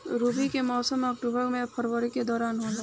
रबी के मौसम अक्टूबर से फरवरी के दौरान होला